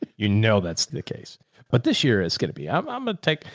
ah you know, that's the case but this year, it's going to be, i'm i'm going to take,